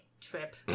trip